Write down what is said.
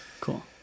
Cool